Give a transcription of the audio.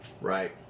right